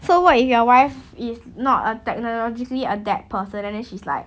so what if your wife is not a technologically adept person and then she's like